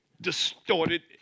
distorted